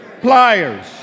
Pliers